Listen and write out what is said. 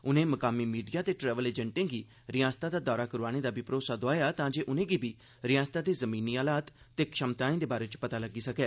उनें मकामी मीडिया ते ट्रेवल एजेंटें गी रियासतै दा दौरा करोआने दा बी भरोसा दोआया तां जे उनेंगी बी रयासतै दे असल जमीनी हालात ते क्षमताएं दे बारे च पता लग्गी सकै